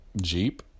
Jeep